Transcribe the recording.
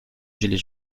gilets